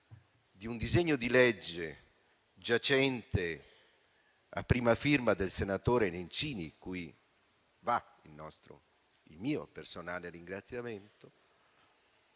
di un disegno di legge giacente a prima firma del senatore Nencini, cui vanno il nostro e il mio personale ringraziamento.